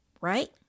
right